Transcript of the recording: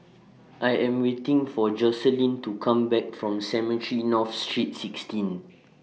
I Am waiting For Jocelyne to Come Back from Cemetry North Street sixteen